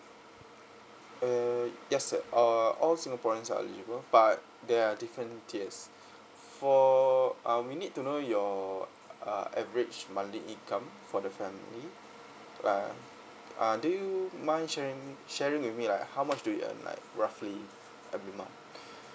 err yes sir uh all singaporeans are eligible but there are different tiers for uh we need to know your uh average monthly income for the family like uh uh do you mind sharing me sharing with me like how much do you earn like roughly every month